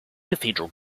cathedral